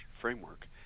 framework